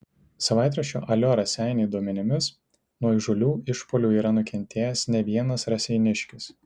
savaitraščio alio raseiniai duomenimis nuo įžūlių išpuolių yra nukentėjęs ne vienas raseiniškis